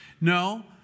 No